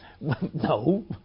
no